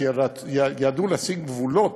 ששם ידעו לשים גבולות